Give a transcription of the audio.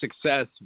success